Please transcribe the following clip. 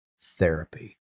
therapy